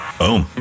Boom